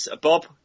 Bob